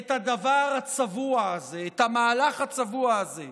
את הדבר הצבוע הזה, את המהלך הצבוע הזה.